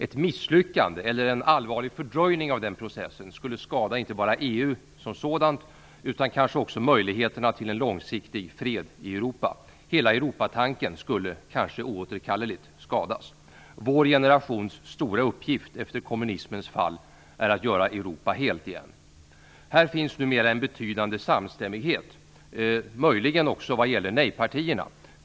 Ett misslyckande eller en allvarlig fördröjning av den processen skulle skada inte bara EU som sådant utan kanske också möjligheterna till en långsiktig fred i Europa. Hela Europatanken skulle kanske oåterkalleligt skadas. Vår generations stora uppgift efter kommunismens fall är att göra Europa helt igen. På denna punkt finns numera en betydande samstämmighet, möjligen också vad gäller nej-partierna.